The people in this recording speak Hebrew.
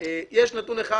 יש נתון אחד